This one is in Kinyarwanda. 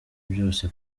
byose